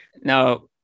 now